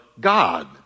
God